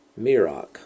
Miroc